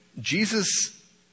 Jesus